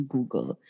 Google